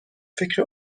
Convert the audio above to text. فکر